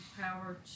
power